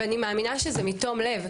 ואני מאמינה שזה מתום-לב,